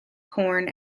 corn